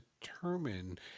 determine